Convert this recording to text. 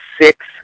six